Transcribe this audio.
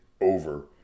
over